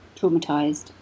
traumatized